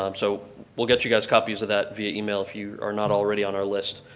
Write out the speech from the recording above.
um so we'll get you guys copies of that via email, if you are not already on our list.